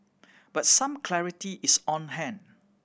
but some clarity is on hand